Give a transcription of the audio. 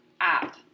app